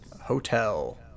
hotel